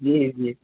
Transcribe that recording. जी जी